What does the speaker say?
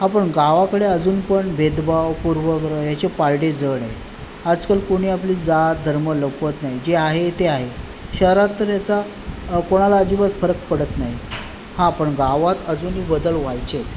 हा पण गावाकडे अजून पण भेदभाव पूर्वग्रह याचे पारडे जड आहे आजकाल कोणी आपली जात धर्म लपवत नाही जे आहे ते आहे शहरात तर याचा कोणाला अजिबात फरक पडत नाही हां पण गावात अजूनही बदल व्हायचे आहेत